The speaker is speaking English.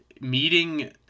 meeting